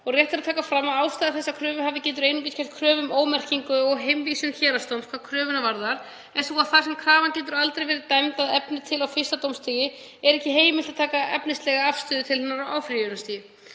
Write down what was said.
Rétt er að taka fram að ástæða þess að kröfuhafi getur einungis gert kröfu um ómerkingu og heimvísun héraðsdóms hvað kröfuna varðar er sú að þar sem krafan hefur aldrei verið dæmd að efni til á fyrsta dómstigi er ekki heimilt að taka efnislega afstöðu til hennar á áfrýjunarstigi.